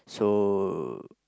so